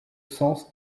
sens